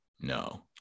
no